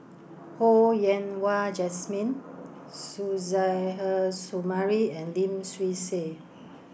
Ho Yen Wah Jesmine Suzairhe Sumari and Lim Swee Say